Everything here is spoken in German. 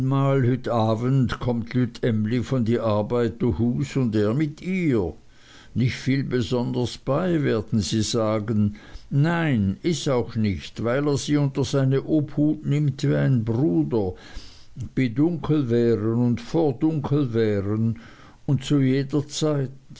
kommt lütt emly von die arbeit tohus und er mit ihr nicht viel besondres bei werden sie sagen nein is auch nich weil er sie unter seine obhut nimmt wie ein bruder by dunkelweren und vor dunkelweren und zu jeder zeit